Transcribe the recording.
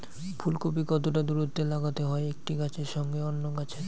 ফুলকপি কতটা দূরত্বে লাগাতে হয় একটি গাছের সঙ্গে অন্য গাছের?